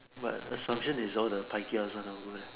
but assumptions is all the pai kia one uh go there